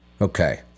Okay